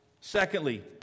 Secondly